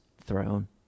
throne